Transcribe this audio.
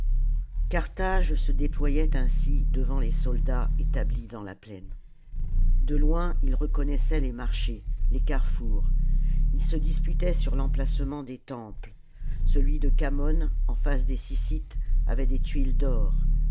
carthage se déployait ainsi devant les soldats établis dans la plaine de loin ils reconnaissaient les marchés les carrefours ils se disputaient sur l'emplacement des temples celui de khamon en face des syssites avait des tuiles d'or